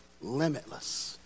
limitless